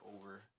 over